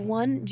one